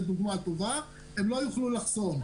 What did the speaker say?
זאת דוגמה טובה הם לא יוכלו לחסום.